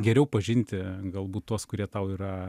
geriau pažinti galbūt tuos kurie tau yra